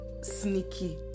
sneaky